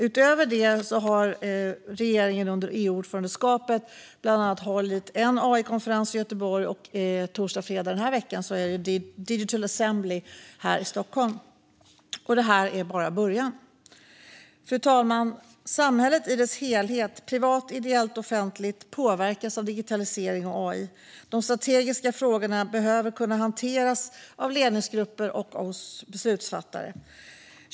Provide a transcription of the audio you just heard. Utöver detta har regeringen under EU-ordförandeskapet bland annat hållit en AI-konferens i Göteborg, och på torsdag och fredag den här veckan är det Digital Assembly här i Stockholm. Det här är bara början. Fru talman! Samhället i sin helhet - privat, ideellt och offentligt - påverkas av digitalisering och AI. De strategiska frågorna behöver kunna hanteras av ledningsgrupper och av oss beslutsfattare.